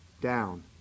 down